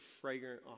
fragrant